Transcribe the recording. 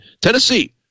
tennessee